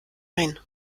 ein